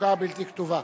בחוקה הבלתי-כתובה.